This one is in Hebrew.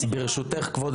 ברשותך כבוד